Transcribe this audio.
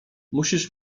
musisz